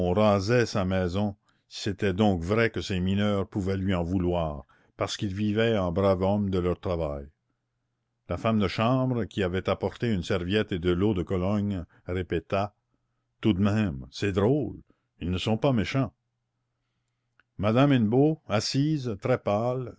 rasait sa maison c'était donc vrai que ces mineurs pouvaient lui en vouloir parce qu'il vivait en brave homme de leur travail la femme de chambre qui avait apporté une serviette et de l'eau de cologne répéta tout de même c'est drôle ils ne sont pas méchants madame hennebeau assise très pâle